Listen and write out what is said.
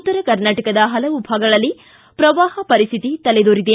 ಉತ್ತರ ಕರ್ನಾಟಕದ ಹಲವು ಭಾಗಗಳಲ್ಲಿ ಪ್ರವಾಹ ಪರಿಸ್ಥಿತಿ ತಲೆದೋರಿದೆ